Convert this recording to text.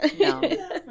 No